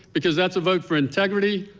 because that's a vote for integrity,